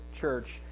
church